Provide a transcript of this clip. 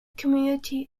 community